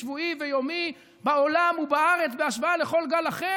שבועי ויומי בעולם ובארץ בהשוואה לכל גל אחר,